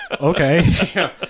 okay